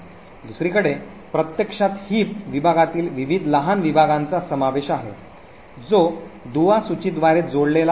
दुसरीकडे प्रत्यक्षात हिप विभागातील विविध लहान विभागांचा समावेश आहे जो दुवा सूचीद्वारे जोडलेला आहे